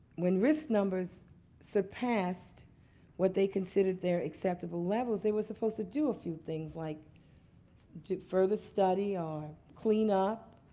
when risk numbers surpassed what they considered their acceptable levels, they were supposed to do a few things, like do further study or clean up